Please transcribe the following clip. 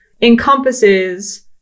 encompasses